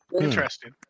Interesting